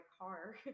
car